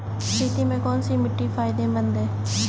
खेती में कौनसी मिट्टी फायदेमंद है?